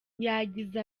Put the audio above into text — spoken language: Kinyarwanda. yagize